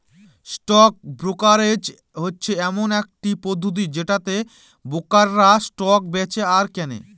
stock brokerage হচ্ছে এমন একটি পদ্ধতি যেটাতে ব্রোকাররা স্টক বেঁচে আর কেনে